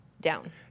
down